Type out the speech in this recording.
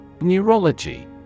Neurology